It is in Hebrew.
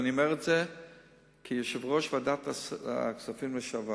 ואני אומר את זה כיושב-ראש ועדת הכספים לשעבר,